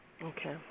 Okay